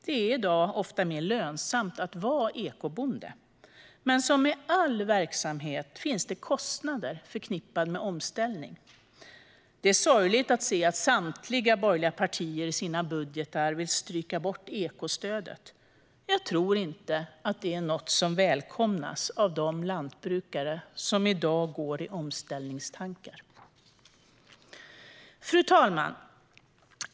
Det är i dag ofta mer lönsamt att vara ekobonde, men som med all verksamhet finns det kostnader förknippade med omställningen. Det är sorgligt att se att samtliga borgerliga partier i sina budgeter vill stryka ekostödet. Jag tror inte att det är något som välkomnas av de lantbrukare som i dag går i omställningstankar. Fru talman!